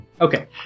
Okay